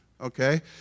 okay